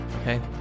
Okay